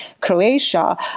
Croatia